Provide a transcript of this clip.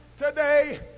Today